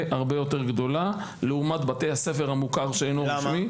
הרבה יותר גדולה לעומת בבתי הספר המוכרים שאינם רשמיים.